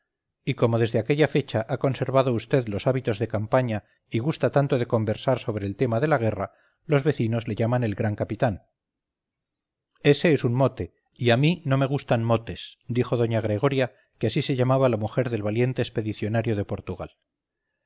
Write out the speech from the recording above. y como desde aquella fecha ha conservado vd los hábitos de campaña y gusta tanto de conversar sobre el tema de la guerra los vecinos le llaman el gran capitán ese es un mote y a mí no me gustan motes dijo doña gregoria que así se llamaba la mujer del valiente expedicionario de portugal